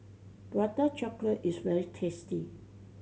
Prata Chocolate is very tasty